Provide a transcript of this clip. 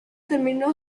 terminó